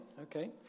Okay